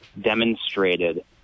demonstrated